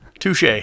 touche